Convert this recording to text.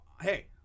hey